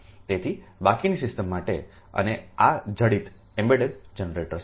તેથી બાકીની સિસ્ટમ માટે અને આ જડિત જનરેટર્સ છે